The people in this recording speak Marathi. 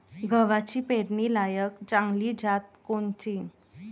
गव्हाची पेरनीलायक चांगली जात कोनची?